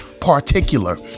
particular